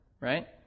Right